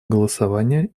голосования